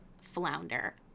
flounder